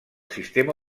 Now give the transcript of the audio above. sistema